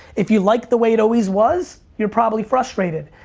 if you like the way it always was, you're probably frustrated.